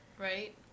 right